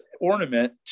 ornament